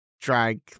drag